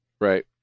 Right